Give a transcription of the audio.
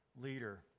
leader